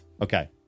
Okay